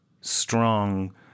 strong